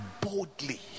boldly